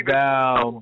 down